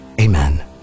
Amen